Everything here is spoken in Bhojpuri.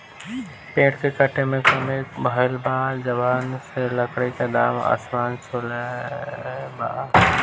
पेड़ के काटे में कमी भइल बा, जवना से लकड़ी के दाम आसमान छुले बा